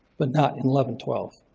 but not in eleven twelve.